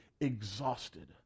exhausted